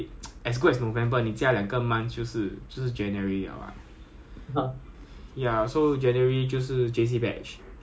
for 我们 obese hor 全部是 poly I_T_E 的 but then when we go like unit or command school right then you will encounter a lot a lot of J_C people